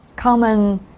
Common